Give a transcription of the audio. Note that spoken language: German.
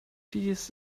dies